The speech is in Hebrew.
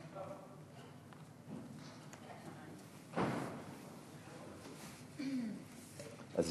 אז